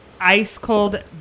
ice-cold